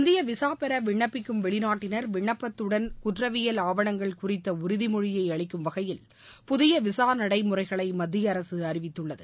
India visa பெற விண்ணப்பிக்கும் வெளிநாட்டினா் விண்ணப்பத்துடன் குற்றவியல் ஆவணங்கள் குறித்த உறுதிமொழியை அளிக்கும் வகையில் புதிய விசா நடைமுறைகளை மத்திய அரசு அறிவித்துள்ளது